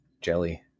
jelly